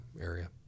area